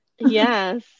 Yes